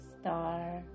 star